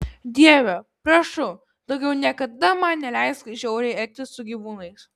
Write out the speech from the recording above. dieve prašau daugiau niekada man neleisk žiauriai elgtis su gyvūnais